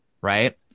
right